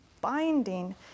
binding